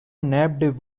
nabbed